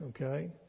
okay